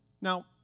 Now